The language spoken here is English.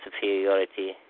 superiority